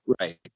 Right